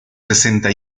sesenta